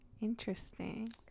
Interesting